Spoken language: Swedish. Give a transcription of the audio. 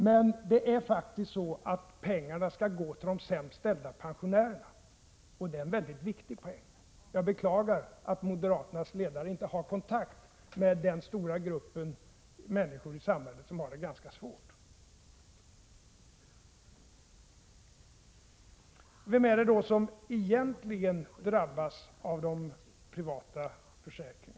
Men det är faktiskt så att pengarna skall gå till de sämst ställda pensionärerna, och det är en mycket viktig poäng. Jag beklagar att moderaternas ledare inte har kontakt med den stora grupp människor i samhället som har det ganska svårt. Vem är det då som egentligen drabbas av skatten på de privata försäkringarna?